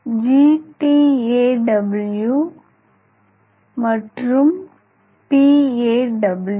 GTAW and PAW